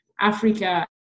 Africa